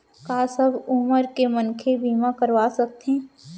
का सब उमर के मनखे बीमा करवा सकथे?